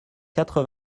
quatre